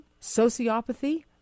sociopathy